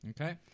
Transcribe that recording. Okay